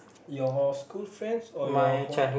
your school friends or your home